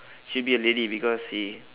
should be a lady because he